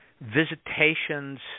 visitations